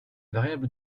variables